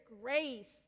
grace